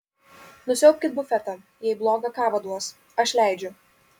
nusiaubkit bufetą jei blogą kavą duos aš leidžiu